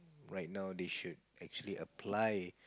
right now they should actually apply